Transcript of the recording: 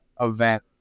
event